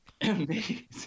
Amazing